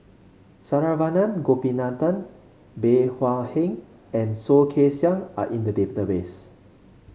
Saravanan Gopinathan Bey Hua Heng and Soh Kay Siang are in the database